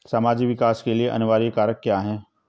सामाजिक विकास के लिए अनिवार्य कारक क्या है?